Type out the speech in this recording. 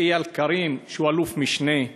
אייל קרים, שהוא אלוף-משנה,